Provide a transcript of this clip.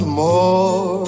more